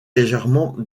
légèrement